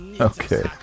Okay